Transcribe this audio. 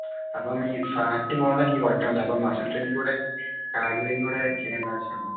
അപ്പം ഈ ഫാറ്റ് മോടെനിക്ക് കുറക്കണോല്ലോ അപ്പം മസിൽ ട്രേയ്ൻറ്റെ കൂടെ കാഡിയോകൂടെ ചെയ്യേണ്ട ആവശ്യമുണ്ടോ